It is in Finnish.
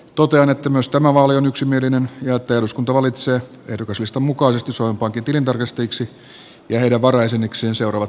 totean että vaali on yksimielinen ja että eduskunta valitsee ehdokaslistan mukaisesti suomen pankin tilintarkastajiksi ja heidän varajäsenikseen seuraavat henkilöt